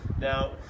Now